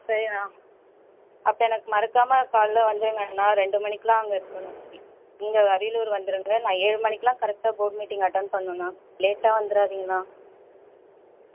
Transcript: சரின்னா அப்போ எனக்கு மறக்காமல் காலையில வந்துருங்க நான் ரெண்டு மணிக்குலாம் அங்கே இருக்கணும் நீங்கள் அரியலூர் வந்துருங்க நான் ஏழு மணிக்கு எல்லாம் கரெக்டாக போர்ட் மீட்டிங் அட்டென்ட் பண்ணனும் லேட்டாக வந்துடாதீங்க அண்ணா